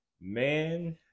man